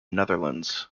netherlands